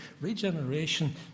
regeneration